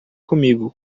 comigo